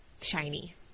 shiny